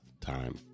time